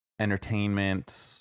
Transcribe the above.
entertainment